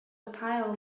pile